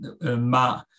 ma